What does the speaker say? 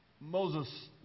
Moses